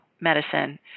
medicine